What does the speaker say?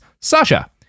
Sasha